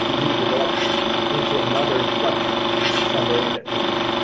new development into another floodplain somewhere in that community.